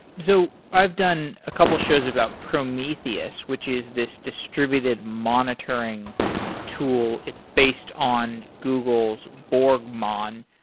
so i've done a couple shows about prometheus, which is this distributed monitoring tool. it's based on google's borg mon.